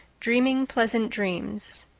dreaming pleasant dreams.